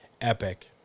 epic